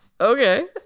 Okay